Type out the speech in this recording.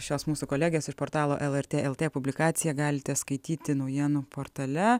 šios mūsų kolegės iš portalo lrt lt publikaciją galite skaityti naujienų portale